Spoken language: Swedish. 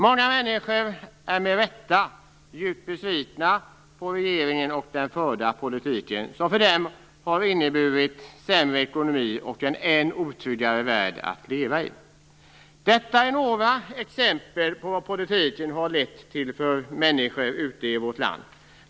Många människor är med rätta djupt besvikna på regeringen och den förda politiken, som för dem har inneburit en sämre ekonomi och en än otryggare värld att leva i. Detta är några exempel på vad politiken har lett till för människor ute i vårt land.